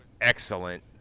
excellent